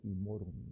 immortal